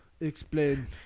explain